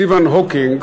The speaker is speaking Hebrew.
סטיבן הוקינג,